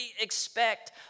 expect